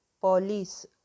police